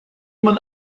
man